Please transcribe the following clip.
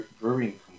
Brewing